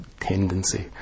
tendency